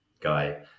guy